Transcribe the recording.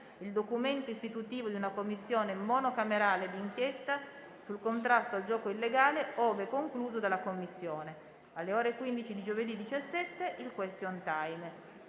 il documento istitutivo di una Commissione monocamerale di inchiesta sul contrasto al gioco illegale, ove concluso dalla Commissione; alle ore 15 di giovedì 17 il *question time.*